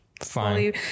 Fine